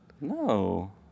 No